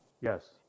yes